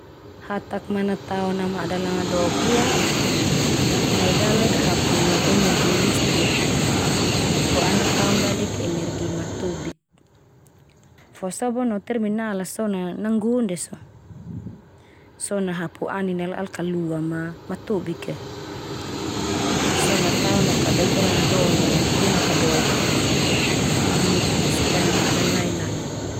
Hatak mana tao namada langadok ia, nai dalek hapu energi listrik fo ana taon dadik energi matobik. Fo sobon no terminal a so na nanggu ndia so. So na hapu anin al, al kalua ma matobik a. So na tao no kada ita langadon yang be makadoek fo ini supaya madan lai-lai.